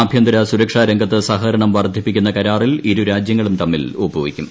ആഭ്യന്തര സുരക്ഷാരംഗത്ത് സഹകരണം വർദ്ധിപ്പിക്കുന്ന് കരാറിൽ ഇരു രാജൃങ്ങളും തമ്മിൽ ഒപ്പു വയ്ക്കും